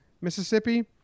Mississippi